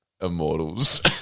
Immortals